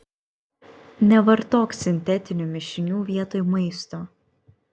nevartok sintetinių mišinių vietoj maisto